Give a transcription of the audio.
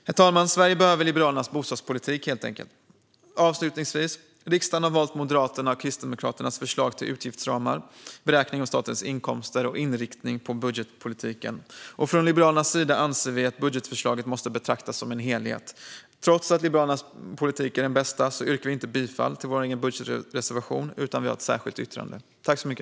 Herr talman! Sverige behöver helt enkelt Liberalernas bostadspolitik. Avslutningsvis har riksdagen valt Moderaternas och Kristdemokraternas förslag till utgiftsramar, beräkning av statens inkomster och inriktning på budgetpolitiken. Från Liberalernas sida anser vi att budgetförslaget måste betraktas som en helhet. Trots att Liberalernas politik är den bästa yrkar vi inte bifall till vår egen budgetreservation, utan vi har ett särskilt yttrande.